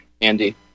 andy